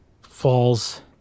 falls